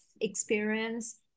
experience